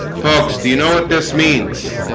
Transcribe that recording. folks do you know what this means?